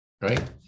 right